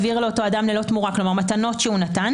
העביר לאותו אדם ללא תמורה כלומר מתנות שנתן,